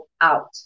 out